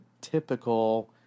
typical